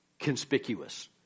conspicuous